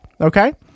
Okay